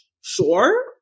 Sure